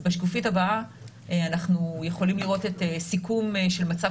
בשקופית הבאה אנחנו יכולים לראות את סיכום מצב